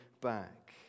back